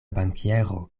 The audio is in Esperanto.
bankiero